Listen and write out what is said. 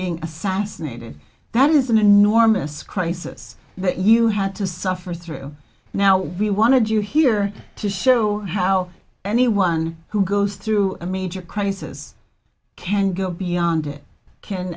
being assassinated that is an enormous crisis that you had to suffer through now we wanted you here to show how anyone who goes through a major crisis can go beyond it can